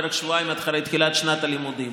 בערך שבועיים אחרי תחילת שנת הלימודים.